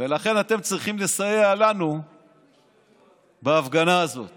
ולכן אתם צריכים לסייע לנו בהפגנה הזאת